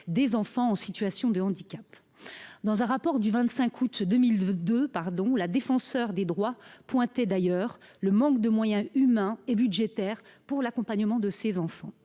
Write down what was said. des enfants en situation de handicap. Dans un rapport du 25 août 2022, la Défenseure des droits a souligné le manque de moyens humains et budgétaires consacrés à l’accompagnement de ces enfants.